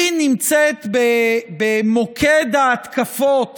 היא נמצאת במוקד ההתקפות